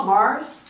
Mars